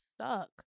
suck